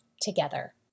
together